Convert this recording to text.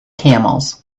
camels